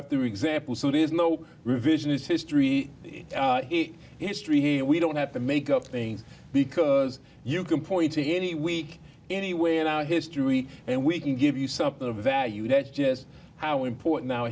after example so there's no revisionist history history here we don't have to make up things because you can point to any weak anyway in our history and we can give you something of value that's just how important